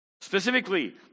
Specifically